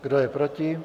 Kdo je proti?